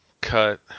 cut